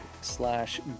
slash